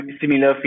similar